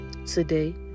Today